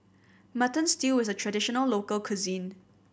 Mutton Stew is a traditional local cuisine